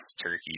turkeys